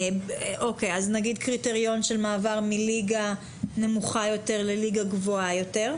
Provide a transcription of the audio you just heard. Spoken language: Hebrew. נגיד קריטריון של מעבר מליגה נמוכה יותר לליגה גבוהה יותר.